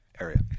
Area